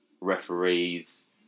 referees